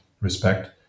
respect